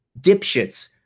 dipshits